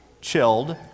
chilled